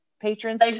patrons